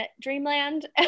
dreamland